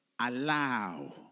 allow